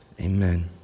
Amen